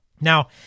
Now